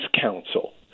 counsel